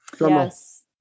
Yes